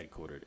headquartered